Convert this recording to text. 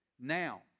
Now